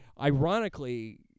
ironically